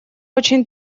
очень